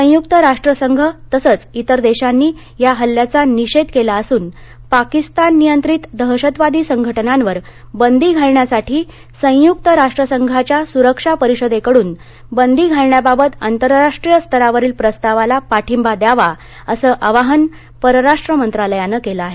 संयुक्त राष्ट्रसंघ तसंच इतर देशांनी या हल्ल्याचा निषेध केला असुन पाकिस्तान नियंत्रित दहशतवादी संघटनांवर बंदी घालण्यासाठी संयुक्त राष्ट्रसंघाच्या सुरक्षा परिषदेकडून बंदी घालण्याबाबत आंतरराष्ट्रीय स्तरावरील प्रस्तावाला पाठिंबा द्यावा असं आवाहन परराष्ट्र मंत्रालयानं केलं आहे